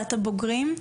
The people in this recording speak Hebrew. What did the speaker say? מעמותת הבוגרים.